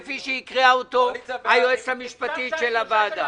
כפי שהקריאה אותו היועצת המשפטית של הוועדה?